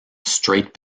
straight